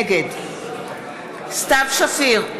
נגד סתיו שפיר,